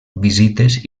visites